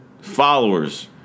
followers